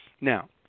Now